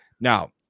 Now